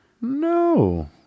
no